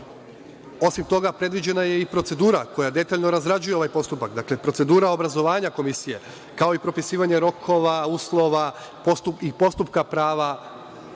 Osim toga, predviđena je i procedura koja detaljno razrađuje ovaj postupak, procedura obrazovanja komisije, kao i propisivanje rokova, uslova i postupka prava